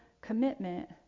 commitment